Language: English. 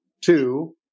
two